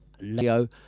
Leo